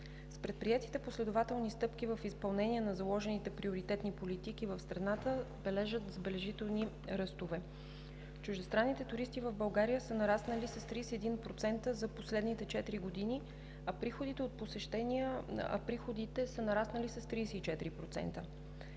Предприетите последователни стъпки в изпълнение на заложените приоритетни политики в страната бележат забележителни ръстове. Чуждестранните туристи в България са нараснали с 31% за последните четири години, а приходите са нараснали с 34%.